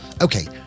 Okay